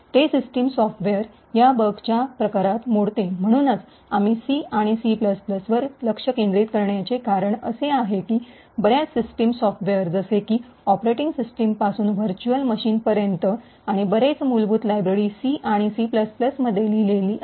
ते system software या बगच्या ह्या प्रकारात मोडते म्हणूनच आम्ही C आणि C वर लक्ष केंद्रित करण्याचे कारण असे आहे की बर्याच सिस्टम सॉफ्टवेयर जसे की ऑपरेटिंग सिस्टमपासून व्हर्च्युअल मशीनपर्यंत आणि बरेच मूलभूत लायब्ररी C आणि C मध्ये लिहिलेली आहेत